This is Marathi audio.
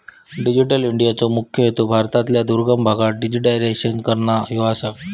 डिजिटल इंडियाचो मुख्य हेतू भारतातल्या दुर्गम भागांचा डिजिटायझेशन करना ह्यो आसा